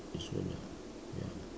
it's good enough ya